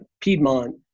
Piedmont